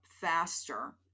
faster